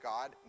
God